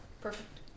Perfect